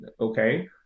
okay